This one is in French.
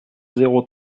zéro